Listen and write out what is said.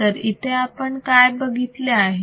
तर इथे आपण काय बघितले आहे